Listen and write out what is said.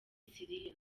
syria